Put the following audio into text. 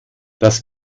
das